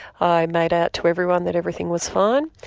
i made out to everyone that everything was fine,